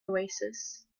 oasis